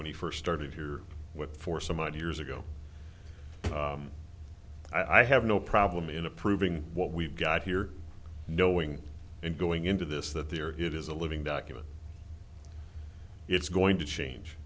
when he first started here with four some odd years ago i have no problem in approving what we've got here knowing and going into this that there is a living document it's going to change